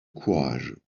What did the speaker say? courage